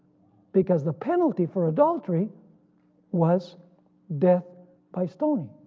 because the penalty for adultery was death by stoning.